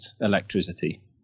electricity